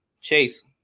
Chase